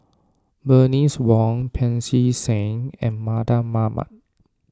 Bernice Wong Pancy Seng and Mardan Mamat